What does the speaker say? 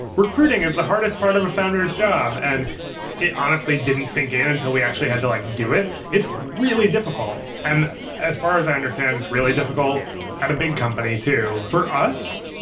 recruiting is the hardest part of a founder s job. and it honestly didn't sink in, until we actually had to like do it. it's really difficult. and as far as i understand, it's really difficult at a big company too. for us,